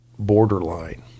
borderline